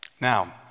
now